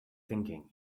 thinking